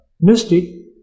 misty